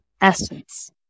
essence